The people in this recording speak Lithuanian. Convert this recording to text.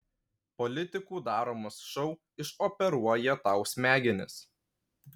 politikų daromas šou išoperuoja tau smegenis